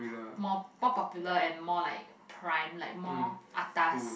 more more popular and more like prime like more atas